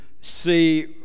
see